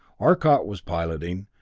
arcot was piloting,